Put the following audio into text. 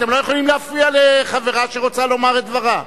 אתם לא יכולים להפריע לחברה שרוצה לומר את דברה.